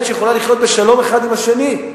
שיכולים לחיות בה בשלום האחד עם השני,